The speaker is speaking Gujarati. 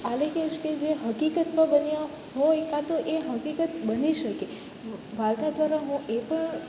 આલેખીશ કે જે હકીકત પર બન્યા હોય કાં તો એ હકીકત બની શકે ભાવના દ્વારા હું એ પણ